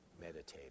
meditate